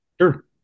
Sure